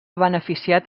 beneficiat